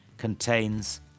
contains